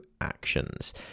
actions